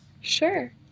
Sure